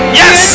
yes